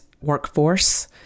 workforce